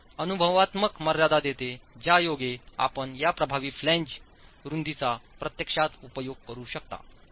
आणि ही अनुभवात्मक मर्यादा देते ज्यायोगे आपण या प्रभावी फ्लॅंज रूंदीचा प्रत्यक्षात उपयोग करू शकता